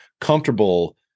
comfortable